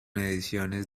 ediciones